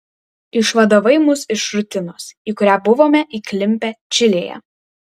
išvadavai mus iš rutinos į kurią buvome įklimpę čilėje